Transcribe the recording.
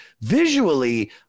visually